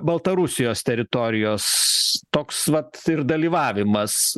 baltarusijos teritorijos toks vat ir dalyvavimas